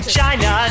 China